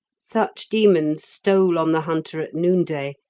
such demons stole on the hunter at noonday,